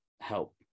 help